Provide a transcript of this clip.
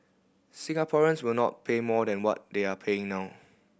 Singaporeans will not pay more than what they are paying now